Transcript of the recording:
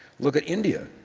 look at india.